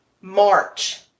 March